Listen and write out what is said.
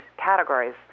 categories